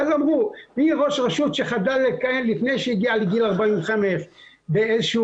ואז אמרו ראש רשות שחדל לכהן לפני שהגיע לגיל 45 באיזה שהוא